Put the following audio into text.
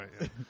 right